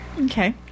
Okay